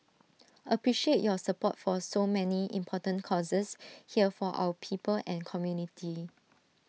appreciate your support for so many important causes here for our people and community